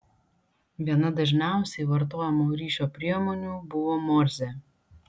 viena dažniausiai vartojamų ryšio priemonių buvo morzė